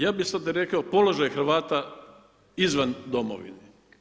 Ja bih sada rekao položaj Hrvata izvan domovine.